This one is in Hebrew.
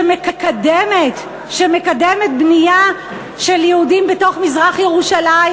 שמקדמת בנייה של יהודים בתוך מזרח-ירושלים,